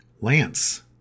Lance